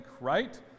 right